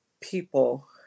people